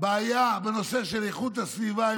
בעיה בנושא של איכות הסביבה.